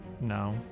No